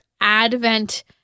Advent